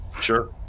Sure